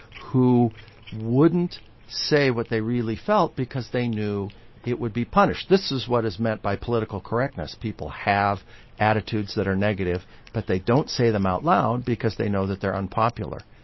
who wouldn't say what they really felt because they knew it would be punished. this is what is meant by political correctness. people have attitudes that are negative, but they don't say them out loud because they know that they're unpopular.